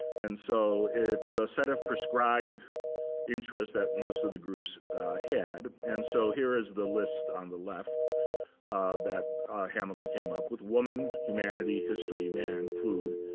and so it's a set of prescribed interests that most of the groups had. and so here is the list on the left that hamilton came up with woman, humanity, history, man, food,